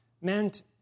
meant